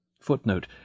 Footnote